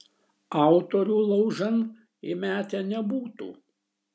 autorių laužan įmetę nebūtų